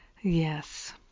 Yes